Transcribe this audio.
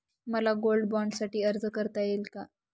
मला गोल्ड बाँडसाठी अर्ज करता येईल का?